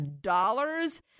dollars